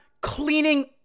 Cleaning